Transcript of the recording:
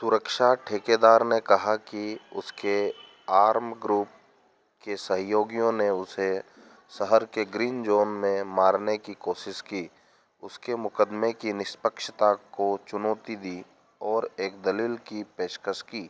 सुरक्षा ठेकेदार ने कहा कि उसके आरम ग्रुप के सहयोगियों ने उसे शहर के ग्रीन जोन में मारने की कोशिश की उसके मुकदमे की निष्पक्षता को चुनौती दी और एक दलील की पेशकश की